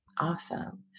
Awesome